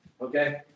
Okay